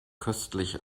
köstlich